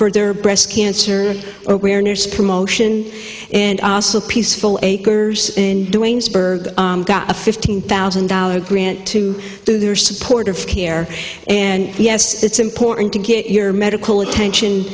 for their breast cancer awareness promotion and also peaceful acres doing a fifteen thousand dollar grant to do their support of care and yes it's important to get your medical attention